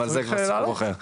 אבל זה כבר סיפור אחר.